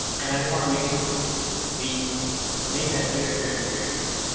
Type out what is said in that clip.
and i just want to make sure we make that very, very, very clear.